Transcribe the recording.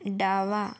डावा